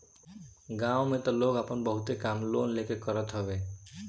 गांव में तअ लोग आपन बहुते काम लोन लेके करत हवे